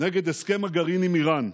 נגד הסכם הגרעין עם איראן.